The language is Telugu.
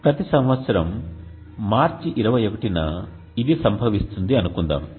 ప్రతి సంవత్సరం మార్చి 21న ఇది సంభవిస్తుంది అనుకుందాం